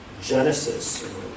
Genesis